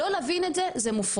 לא להבין את זה, זה מופרע.